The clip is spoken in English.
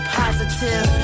positive